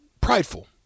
prideful